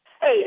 Hey